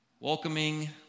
welcoming